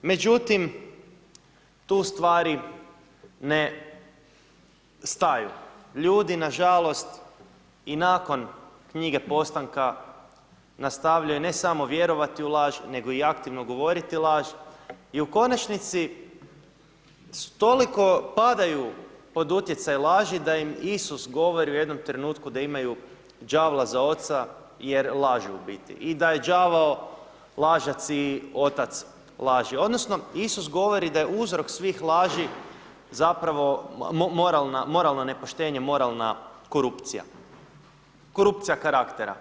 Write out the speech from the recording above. Međutim tu stvari ne staju, ljudi nažalost i nakon knjige Postanka nastavljaju ne samo vjerovati u laž nego i aktivno govoriti laž i u konačnici toliko padaju pod utjecaj laži da im Isus govori u jednom trenutku da imaju đavla za oca jer lažu u biti i da je đavao lažac i otac laži odnosno Isus govori da je uzrok svih laži zapravo moralno nepoštenje, moralna korupcija, korupcija karaktera.